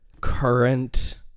current